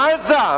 בעזה.